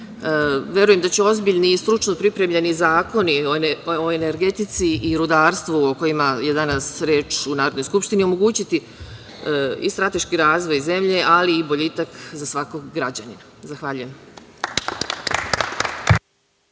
kraja. Verujem da će ozbiljni i stručno pripremljeni zakoni o energetici i o rudarstvu, o kojima je danas reč u Narodnoj Skupštini, omogućiti i strateški razvoj zemlje, ali i boljitak za svakog građanina. Zahvaljujem.